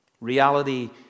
Reality